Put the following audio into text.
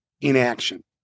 inaction